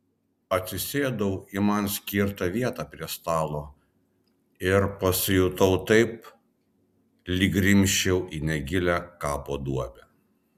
atsisėdau į man skirtą vietą prie stalo ir pasijutau taip lyg grimzčiau į negilią kapo duobę